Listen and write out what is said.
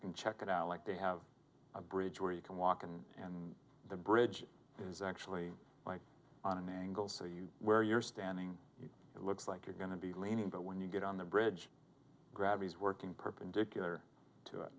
can check it out like they have a bridge where you can walk in the bridge is actually on an angle so you where you're standing it looks like you're going to be leaning but when you get on the bridge gravity is working perpendicular to it